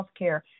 healthcare